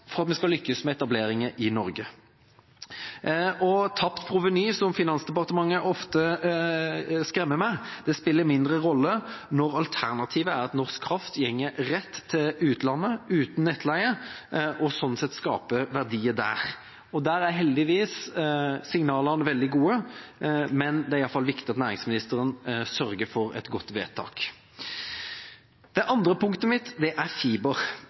for at vi skal lykkes med etableringer i Norge. Tapt proveny, som Finansdepartementet ofte skremmer med, spiller mindre rolle når alternativet er at norsk kraft går rett til utlandet uten nettleie og sånn sett skaper verdier der. Der er heldigvis signalene veldig gode, men det er i hvert fall viktig at næringsministeren sørger for et godt vedtak. Det andre punktet mitt er fiber.